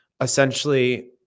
essentially